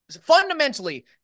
fundamentally